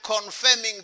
confirming